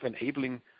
enabling